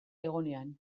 egonean